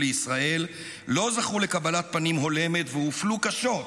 לישראל לא זכו לקבלת פנים הולמת והופלו קשות,